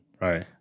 right